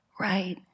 right